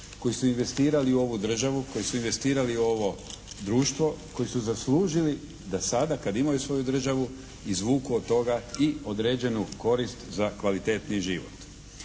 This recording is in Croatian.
koji su investirali u ovu državu, koji su investirali u ovo društvo, koji su zaslužili da sada kada imaju svoju državu izvuku od toga i određenu korist za kvalitetniji život.